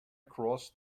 across